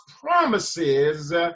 promises